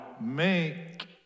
make